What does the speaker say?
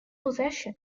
possession